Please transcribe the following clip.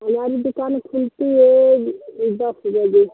हमारी दुकान खुलती है दस बजे